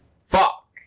Fuck